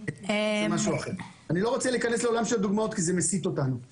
אני לא רוצה להיכנס לעולם של דוגמאות כי זה מסיט אותנו מהנושא.